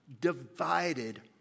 divided